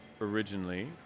originally